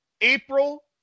April